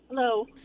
Hello